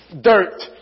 dirt